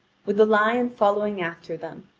with the lion following after them,